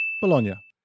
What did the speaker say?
Bologna